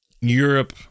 Europe